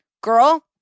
girl